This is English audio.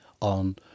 on